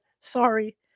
sorry